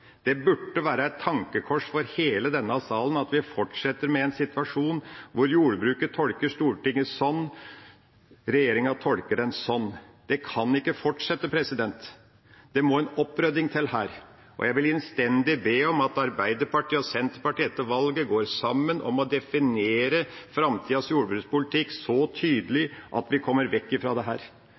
situasjon hvor jordbruket tolker Stortinget sånn, mens regjeringen tolker det sånn. Det kan ikke fortsette. Det må en opprydning til her. Jeg vil innstendig be om at Arbeiderpartiet og Senterpartiet etter valget går sammen om å definere framtidas jordbrukspolitikk så tydelig at vi kommer vekk fra dette. For dette skaper en situasjon hvor det